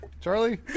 Charlie